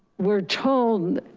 we're told,